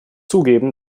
zugeben